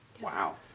Wow